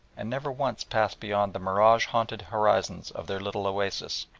and never once pass beyond the mirage-haunted horizon of their little oasis.